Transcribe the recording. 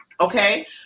Okay